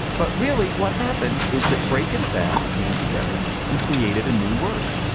but really what happened is that break and fast came together and created a new word.